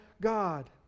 God